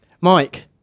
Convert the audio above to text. Mike